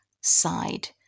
side